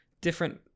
different